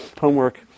Homework